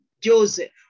Joseph